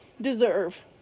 deserve